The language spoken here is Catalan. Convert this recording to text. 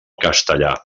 castellà